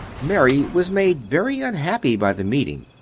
mary was made very unhappy by the meeting.